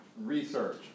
Research